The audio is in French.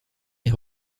est